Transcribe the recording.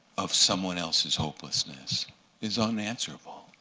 of someone else's hopelessness is unanswerable.